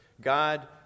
God